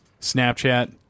Snapchat